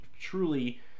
truly